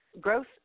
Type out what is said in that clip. growth